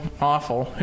Awful